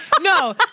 no